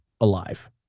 alive